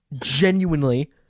genuinely